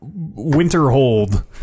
Winterhold